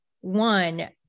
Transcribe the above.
one